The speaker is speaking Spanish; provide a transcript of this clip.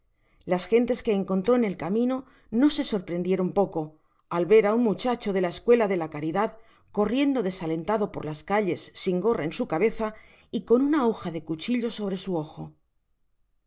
las gentes que encontró en el camino no se sorprendieron poco al ver un muchacho de la escuela de la caridad corriendo desalentado por las calles sin gorra en su cabeza y con una hoja de cuchillo sobre su ojo